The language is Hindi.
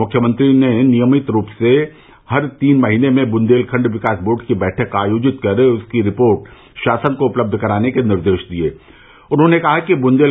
मुख्यमंत्री ने नियमित रूप से हर तीन महीने में बुंदेलखंड विकास बोर्ड की बैठक आयोजित कर उसकी रिपोर्ट शासन को उपलब्ध कराने के निर्देश दिये